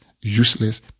useless